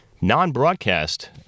non-broadcast